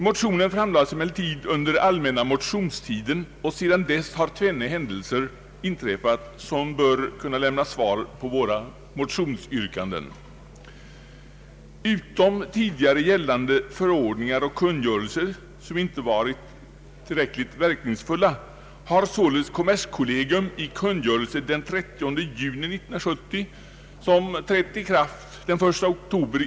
Motionen framlades under den allmänna motionstiden, och sedan dess har två händelser inträffat genom vilka våra motionsyrkanden bör kunna tillgodoses. Tidigare gällande förordningar och kungörelser, som inte varit tillräckligt verkningsfulla, har kompletterats med kungörelse från kommerskollegium den 30 juni 1970, som trädde i kraft den 1 oktober.